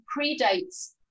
predates